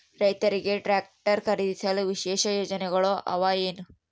ರೈತರಿಗೆ ಟ್ರಾಕ್ಟರ್ ಖರೇದಿಸಲು ವಿಶೇಷ ಯೋಜನೆಗಳು ಅವ ಏನು?